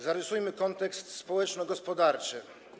Zarysujmy obecny kontekst społeczno-gospodarczy.